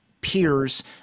peers